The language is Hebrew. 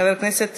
חבר הכנסת